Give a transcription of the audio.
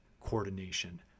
coordination